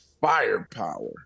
firepower